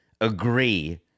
agree